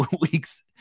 weeks